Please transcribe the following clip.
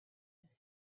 his